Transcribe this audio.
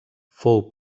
fou